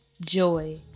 joy